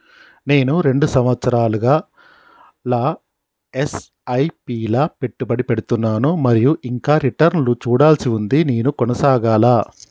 నేను రెండు సంవత్సరాలుగా ల ఎస్.ఐ.పి లా పెట్టుబడి పెడుతున్నాను మరియు ఇంకా రిటర్న్ లు చూడాల్సి ఉంది నేను కొనసాగాలా?